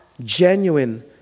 genuine